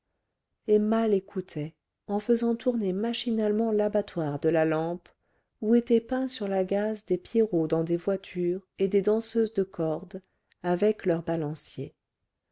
emma l'écoutait en faisant tourner machinalement l'abat-jour de la lampe où étaient peints sur la gaze des pierrots dans des voitures et des danseuses de corde avec leurs balanciers